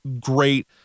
great